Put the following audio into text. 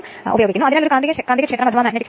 9 വാട്ടും നേടുക